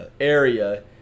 area